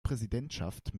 präsidentschaft